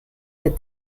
der